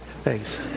Thanks